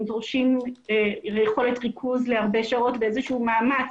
הם דורשים יכולת ריכוז להרבה שעות ואיזשהו מאמץ